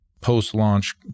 post-launch